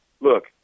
look